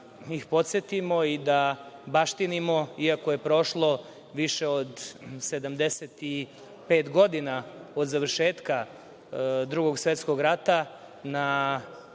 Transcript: ih podsetimo da baštinimo, iako je prošlo više od 75 godina od završetka Drugog svetskog rata,